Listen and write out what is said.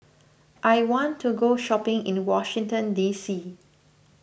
I want to go shopping in Washington D C